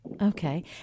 Okay